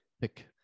pick